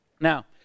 now